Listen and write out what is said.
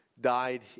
died